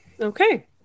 okay